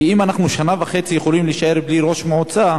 כי אם אנחנו יכולים להישאר שנה וחצי בלי ראש מועצה.